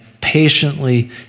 patiently